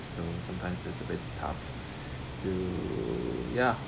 so sometimes it's a bit tough to ya